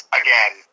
again